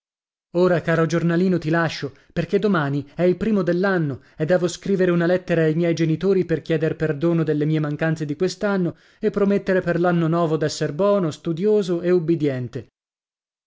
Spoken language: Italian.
ora caro giornalino ti lascio perché domani è il primo dell'anno e devo scrivere una lettera ai miei genitori per chieder perdono delle mie mancanze di quest'anno e promettere per l'anno novo d'esser bono studioso e ubbidiente